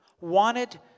wanted